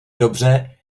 dobře